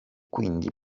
quindi